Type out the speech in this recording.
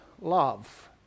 love